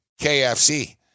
KFC